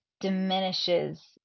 diminishes